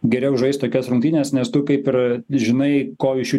geriau žaist tokias rungtynes nes tu kaip ir žinai ko iš jų